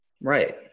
Right